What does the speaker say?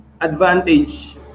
advantage